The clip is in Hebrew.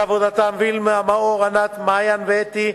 על עבודתם, וילמה מאור, ענת, מעיין ואתי,